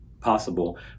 possible